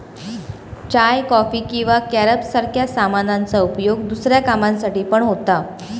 चाय, coffee किंवा carob सारख्या सामानांचा उपयोग दुसऱ्या कामांसाठी पण होता